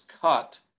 cut